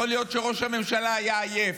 יכול להיות שראש הממשלה היה עייף,